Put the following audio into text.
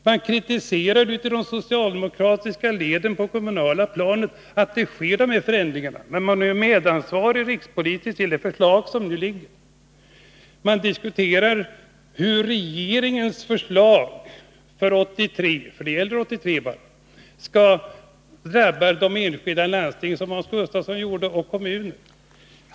Man kritiserar i de socialdemokratiska leden på det kommunala planet att det sker förändringar, men man är medansvarig på riksplanet till de förslag som föreligger. Man diskuterar, som Hans Gustafsson gjorde, hur regeringens förslag för 1983 — för det gäller bara 1983 — drabbar de enskilda landstingen och kommunerna.